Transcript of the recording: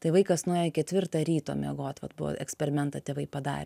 tai vaikas nuėjo ketvirtą ryto miegot vat buvo eksperimentą tėvai padarę